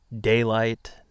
Daylight